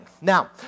Now